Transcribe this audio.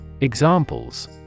Examples